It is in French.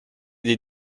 des